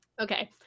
okay